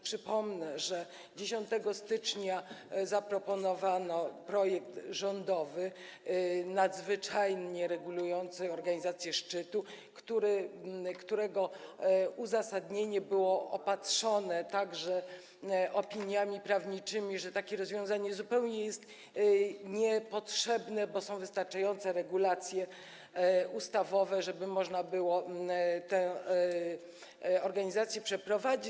Przypomnę, że 10 stycznia zaproponowano projekt rządowy nadzwyczajnie regulujący organizację szczytu, którego uzasadnienie było opatrzone opiniami prawniczymi, że takie rozwiązanie zupełnie jest niepotrzebne, bo są wystarczające regulacje ustawowe, żeby można było tę organizację przeprowadzić.